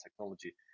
technology